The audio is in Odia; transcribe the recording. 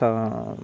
ତ